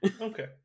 Okay